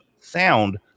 sound